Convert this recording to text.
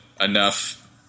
enough